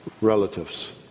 relatives